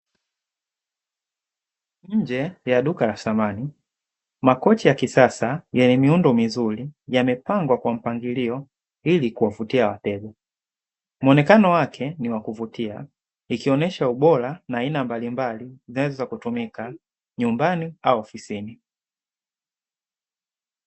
Nje ya duka la samani makochi ya kisasa yaani miundo mizuri yamepangwa kwa mpangilio ili kuwafutia wateja, mwonekano wake ni wa kuvutia ikionyesha ubora na aina mbali mbali zinaweza kutumika nyumbani au ofisini.